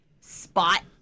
spot